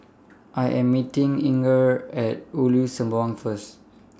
I Am meeting Inger At Ulu Sembawang First